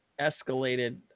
escalated